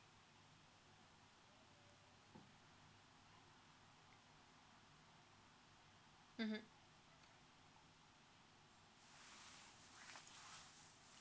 mmhmm